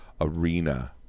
arena